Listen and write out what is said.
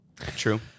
True